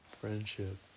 friendship